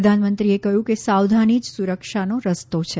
પ્રધાનમંત્રીએ કહ્યું કે સાવધાની જ સુરક્ષાનો રસ્તો છે